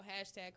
hashtag